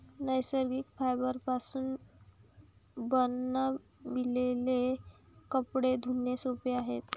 नैसर्गिक फायबरपासून बनविलेले कपडे धुणे सोपे आहे